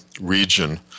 region